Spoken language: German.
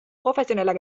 professioneller